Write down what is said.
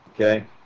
okay